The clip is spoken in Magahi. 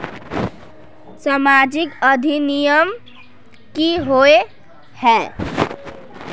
सामाजिक अधिनियम की होय है?